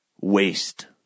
waste